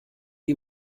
die